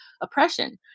oppression